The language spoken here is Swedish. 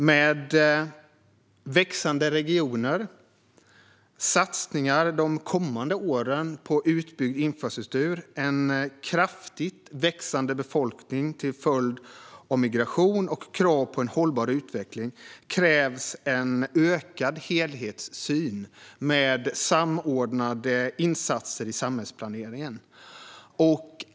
Med växande regioner, satsningar de kommande åren på utbyggd infrastruktur, en kraftigt växande befolkning till följd av migration och krav på en hållbar utveckling krävs en ökad helhetssyn med samordnade insatser i samhällsplaneringen.